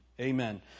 amen